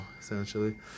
essentially